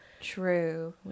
True